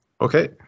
Okay